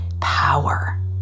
power